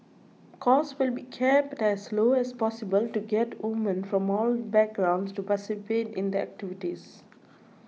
costs will be kept as low as possible to get women from all backgrounds to participate in the activities